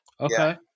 Okay